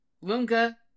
Lunga